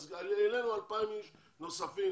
אז העלינו 2,000 איש נוספים,